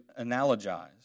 analogize